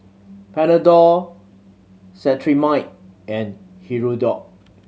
Panadol Cetrimide and Hirudoid